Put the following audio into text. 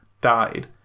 died